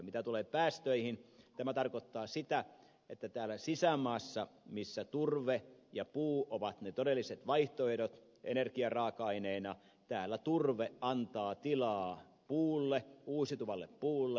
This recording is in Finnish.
mitä tulee päästöihin tämä tarkoittaa sitä että täällä sisämaassa missä turve ja puu ovat ne todelliset vaihtoehdot energiaraaka aineena turve antaa tilaa puulle uusiutuvalle puulle